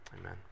amen